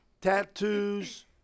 tattoos